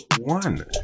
one